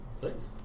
Thanks